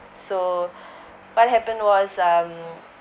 so what happened was um